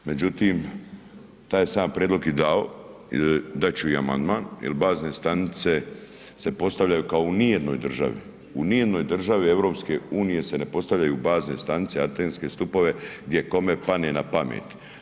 Međutim, taj sam ja prijedlog i dao, dat ću i amandman jel bazne stanice se postavljaju kao u nijednoj državi, u nijednoj državi EU se ne postavljaju bazne stanice, atenske stupove gdje kome pane na pamet.